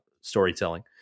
storytelling